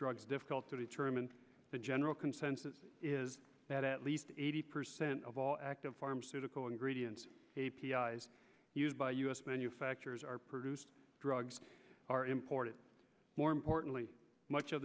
drugs difficult to determine the general consensus is that at least eighty percent of all active pharmaceutical and gradients as used by u s manufacturers are produced drugs are imported more importantly much of